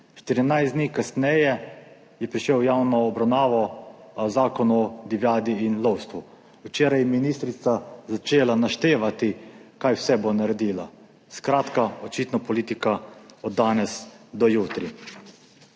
dni kasneje je prišel v javno obravnavo Zakon o divjadi in lovstvu. Včeraj je ministrica začela naštevati kaj vse bo naredila. Skratka, očitno politika od danes do jutri.